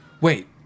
Wait